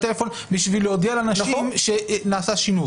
טלפון בשביל להודיע לאנשים שנעשה שינוי.